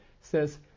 says